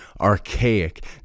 archaic